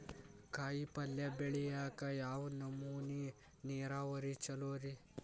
ಕಾಯಿಪಲ್ಯ ಬೆಳಿಯಾಕ ಯಾವ್ ನಮೂನಿ ನೇರಾವರಿ ಛಲೋ ರಿ?